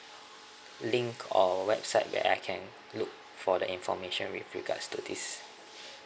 link or website that I can look for the information with regards to this